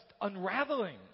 unraveling